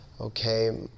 okay